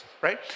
right